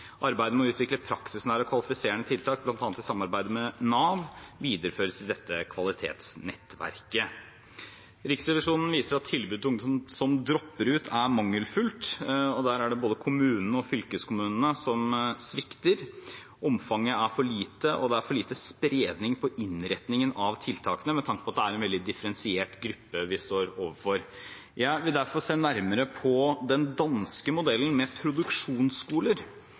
Arbeidet med å utvikle praksisnære og kvalifiserende tiltak, bl.a. i samarbeid med Nav, videreføres i dette kvalitetsnettverket. Riksrevisjonen viser til at tilbudet til ungdom som dropper ut, er mangelfullt. Der svikter både kommunene og fylkeskommunene. Omfanget er for lite, og det er for lite spredning på innretningen av tiltakene med tanke på at det er en veldig differensiert gruppe vi står overfor. Jeg vil derfor se nærmere på den danske modellen med produksjonsskoler,